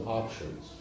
options